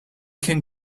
can